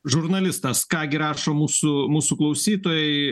žurnalistas ką gi rašo mūsų mūsų klausytojai